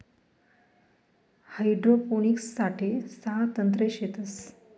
hydroponics साठे सहा तंत्रे शेतस